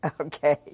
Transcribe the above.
Okay